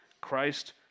Christ